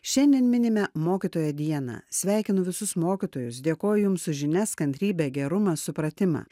šiandien minime mokytojo dieną sveikinu visus mokytojus dėkoju jums už žinias kantrybę gerumą supratimą